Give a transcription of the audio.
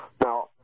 Now